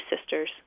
sisters